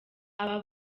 aba